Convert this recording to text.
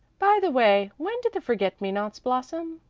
by the way, when do the forget-me-nots blossom?